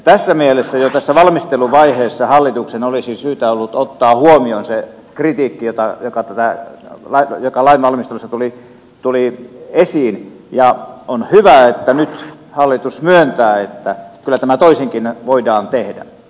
tässä mielessä jo tässä valmisteluvaiheessa hallituksen olisi syytä ollut ottaa huomioon se kritiikki joka jakaa tätä varten ja kalan valmistus lainvalmistelussa tuli esiin ja on hyvä että nyt hallitus myöntää että kyllä tämä toisinkin voidaan tehdä